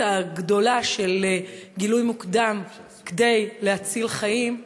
הגדולה של גילוי מוקדם כדי להציל חיים,